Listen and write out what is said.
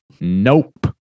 nope